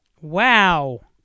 Wow